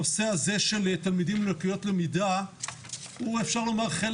הנושא הזה של תלמידים עם לקויות למידה הוא חלק